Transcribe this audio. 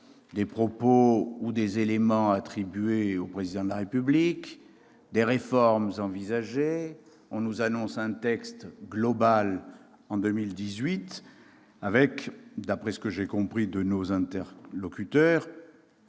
des propos ou des éléments attribués au Président de la République, des réformes envisagées. On nous annonce un texte global en 2018, avec, d'après ce que j'ai compris de nos interlocuteurs,